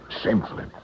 shamefully